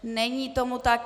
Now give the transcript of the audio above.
Není tomu tak.